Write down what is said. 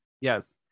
Yes